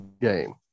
game